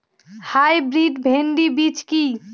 Hybrid ভীন্ডি বীজ কি?